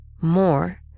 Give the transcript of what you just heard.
More